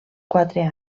quatre